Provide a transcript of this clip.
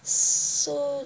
so